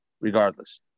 regardless